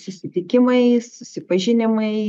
susitikimai susipažinimai